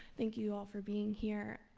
thank you all for being here.